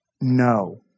No